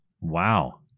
Wow